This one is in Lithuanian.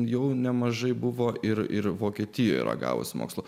jau nemažai buvo ir ir vokietijoje ragaus mokslo